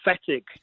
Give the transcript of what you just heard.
pathetic